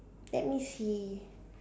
let me see